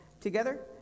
together